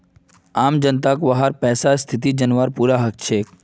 आम जनताक वहार पैसार स्थिति जनवार पूरा हक छेक